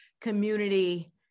community